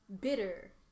bitter